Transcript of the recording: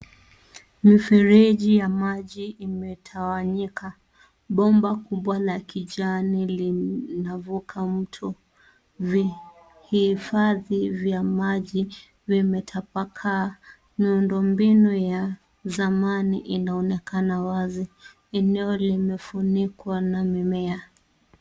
Mfereji ya maji imetawanyika, bomba kubwa la kijani linavuka mto. Vihifadhi vya maji vimetapakaa, miundo mbinu ya zamani inaonekana wazi. Eneo limefunikwa na mimea.